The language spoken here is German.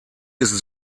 ist